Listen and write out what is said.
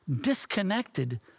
disconnected